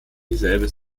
dieselbe